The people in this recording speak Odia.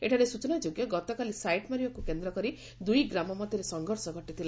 ଏଠାରେ ସୂଚନାଯୋଗ୍ୟ ଗତକାଲି ସାଇଟ୍ ମାରିବାକୁ କେନ୍ଦ କରି ଦୁଇ ଗ୍ରାମ ମଧ୍ଧରେ ସଂଘର୍ଷ ଘଟିଥିଲା